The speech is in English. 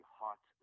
hot